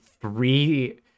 three